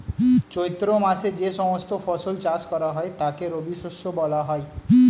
চৈত্র মাসে যে সমস্ত ফসল চাষ করা হয় তাকে রবিশস্য বলা হয়